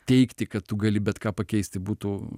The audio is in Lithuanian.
teigti kad tu gali bet ką pakeisti būtų